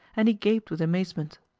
and he gaped with amazement.